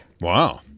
Wow